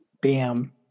bam